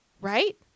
right